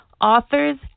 authors